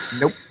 Nope